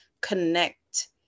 connect